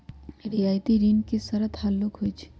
रियायती ऋण के शरत हल्लुक होइ छइ